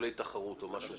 שיקולי תחרות, או משהו כזה.